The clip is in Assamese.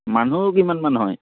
মানুহ কিমানমান হয়